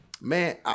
man